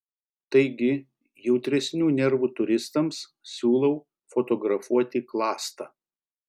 taigi jautresnių nervų turistams siūlau fotografuoti klasta